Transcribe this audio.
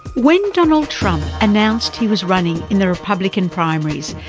when donald trump announced he was running in the republican primaries,